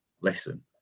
listen